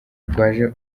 rwaje